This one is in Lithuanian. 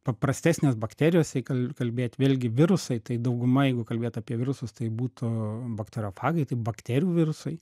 paprastesnės bakterijos jei kal kalbėt vėlgi virusai tai dauguma jeigu kalbėt apie virusus tai būtų bakteriofagai tai bakterijų virusai